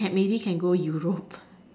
can maybe can go Europe